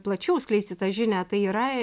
plačiau skleisti tą žinią tai yra